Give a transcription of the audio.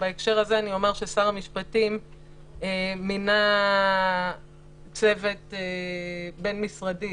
בהקשר הזה אומר ששר המשפטים מינה צוות בין-משרדי,